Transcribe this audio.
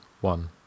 one